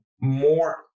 more